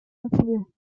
müssen